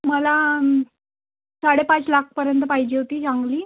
मला साडेपाच लाखपर्यंत पाहिजे होती चांगली